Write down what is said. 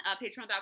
Patreon.com